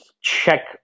check